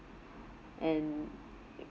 and